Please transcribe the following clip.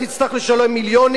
אתה תצטרך לשלם מיליונים,